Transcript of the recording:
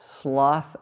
sloth